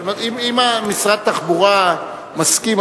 אבל אם משרד התחבורה מסכים,